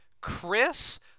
Chris